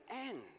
end